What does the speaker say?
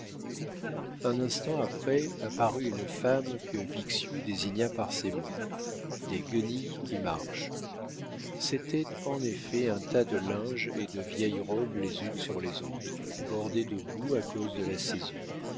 un instant après apparut une femme que bixiou désigna par ces mots des guenilles qui marchent c'était en effet un tas de linge et de vieilles robes les unes sur les autres bordées de boue à cause de la saison